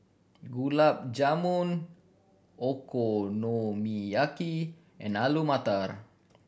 Gulab Jamun Okonomiyaki and Alu Matar